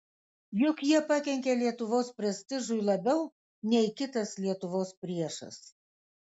juk jie pakenkė lietuvos prestižui labiau nei kitas lietuvos priešas